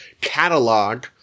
catalog